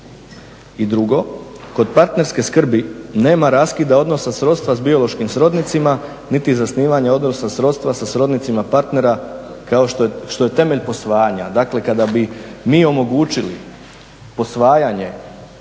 I drugo, kod partnerske skrbi nema raskida odnosa srodstva s biološkim srodnicima, niti zasnivanja odnosa srodstva sa srodnicima partnera kao što je temelj posvajanja. Dakle kada bi mi omogućili posvajanje